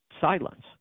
silence